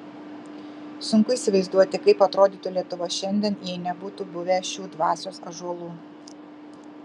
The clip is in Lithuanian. sunku įsivaizduoti kaip atrodytų lietuva šiandien jei nebūtų buvę šių dvasios ąžuolų